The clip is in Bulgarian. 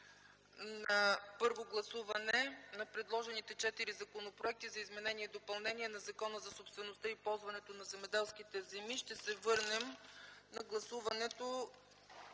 на първо гласуване на предложените четири законопроекта за изменение и допълнение на Закона за собствеността и ползването на земеделските земи, ще се върнем към гласуването